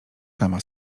sama